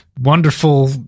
wonderful